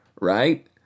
right